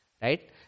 right